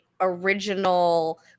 original